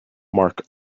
mark